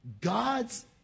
God's